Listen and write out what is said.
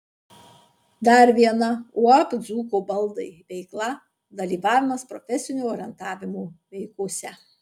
dar viena uab dzūkų baldai veikla dalyvavimas profesinio orientavimo veikose